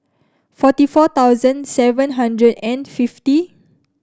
forty four thousand seven hundred and fifty